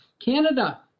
Canada